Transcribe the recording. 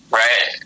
right